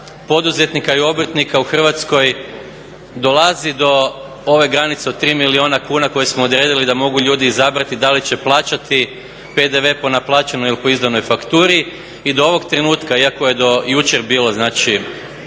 poduzetnika i obrtnika u Hrvatskoj dolazi do ove granice od 3 milijuna kuna koje smo odredili da mogu ljudi izabrati da li će plaćati PDV po naplaćenoj ili po izdanoj fakturi. I do ovog trenutka, iako je do jučer bilo znači